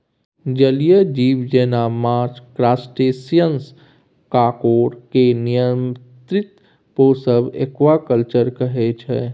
जलीय जीब जेना माछ, क्रस्टेशियंस, काँकोर केर नियंत्रित पोसब एक्वाकल्चर कहय छै